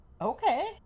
Okay